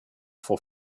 for